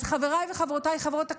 אז חבריי וחברותיי חברות הכנסת,